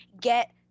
get